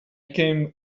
came